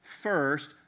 first